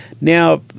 Now